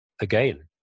again